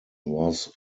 was